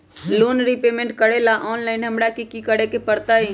Loan repayment करेला online हमरा की करे के परतई?